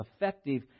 effective